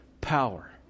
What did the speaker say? power